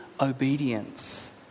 obedience